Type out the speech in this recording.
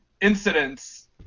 incidents